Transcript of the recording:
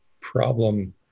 problem